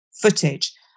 footage